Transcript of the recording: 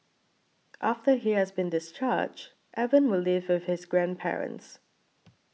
after he has been discharged Evan will live with his grandparents